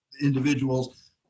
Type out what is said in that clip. individuals